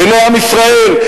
לעיני עם ישראל,